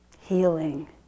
healing